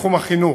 בתחום החינוך,